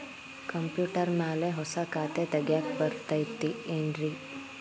Computer ಮ್ಯಾಲೆ ಹೊಸಾ ಖಾತೆ ತಗ್ಯಾಕ್ ಬರತೈತಿ ಏನ್ರಿ?